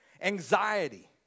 Anxiety